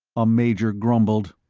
a major grumbled,